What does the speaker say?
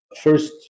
first